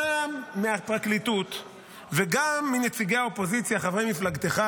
גם מהפרקליטות וגם מנציגי האופוזיציה חברי מפלגתך,